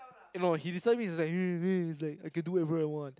eh no he disturb me is like then he's like I can do whatever I want